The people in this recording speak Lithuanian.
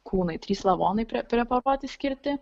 kūnai trys lavonai prie preparuoti skirti